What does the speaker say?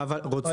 תיירות?